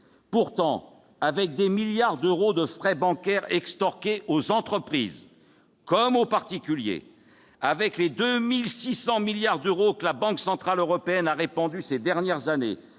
Pourtant, avec des milliards d'euros de frais bancaires extorqués aux entreprises comme aux particuliers, avec les 2 600 milliards d'euros que la Banque centrale européenne a répandus ces dernières années